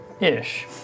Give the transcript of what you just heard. ish